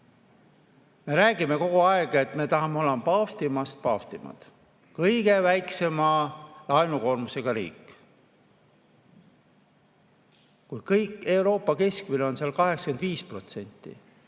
Me räägime kogu aeg, et me tahame olla paavstist paavstimad, kõige väiksema laenukoormusega riik. Kui Euroopa keskmine on 85%,